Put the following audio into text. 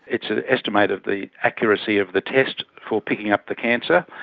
it's an estimate of the accuracy of the test for picking up the cancer.